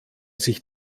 sich